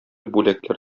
бүләкләр